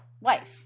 wife